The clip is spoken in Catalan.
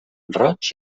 roig